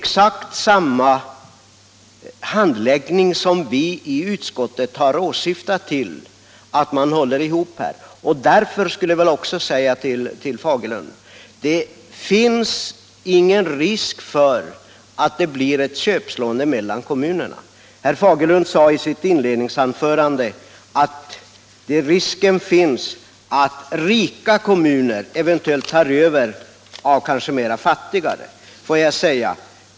Vi har i utskottet syftat till att få exakt samma handläggning. Det finns ingen risk för att det blir ett köpslående mellan kommunerna. Herr Fagerlund sade i sitt inledningsanförande att risken finns att rika kommuner tar över.